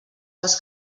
les